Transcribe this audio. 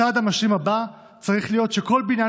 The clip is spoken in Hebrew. הצעד המשלים הבא צריך להיות שכל בניין